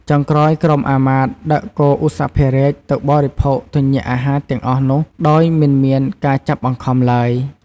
ចុងក្រោយក្រុមអាមាត្រ ដឹកគោឧសភរាជឱ្យទៅបរិភោគធញ្ញអាហារទាំងអស់នោះដោយមិនមានការចាប់បង្ខំឡើយ។